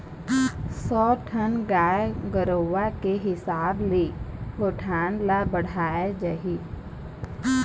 सौ ठन गाय गरूवा के हिसाब ले गौठान ल बड़हाय जाही